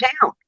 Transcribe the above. town